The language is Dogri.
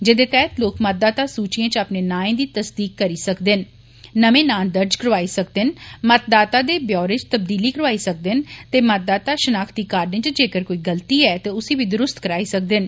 जेह्दे तैह्त लोक मंतदाता सूचियें च अपने नाए दी तसदीक करी सकदे न नमें नांऽ दर्ज करोआई सकदे न मतदाता दे ब्यौरे च तबदीली करोआई सकदे न ते मतदाता शनाख्ती कार्डे च जेक्कर कोई गल्ती ऐ ते उस्सी बी दुरूस्त करोआई सकदे न